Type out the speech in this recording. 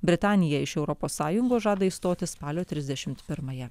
britanija iš europos sąjungos žada išstoti spalio trisdešimt pirmąją